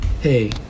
Hey